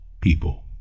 people